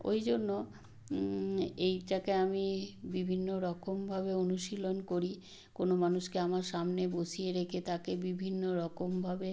ওই জন্য এইটাকে আমি বিভিন্ন রকমভাবে অনুশীলন করি কোনো মানুষকে আমার সামনে বসিয়ে রেখে তাকে বিভিন্ন রকমভাবে